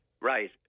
right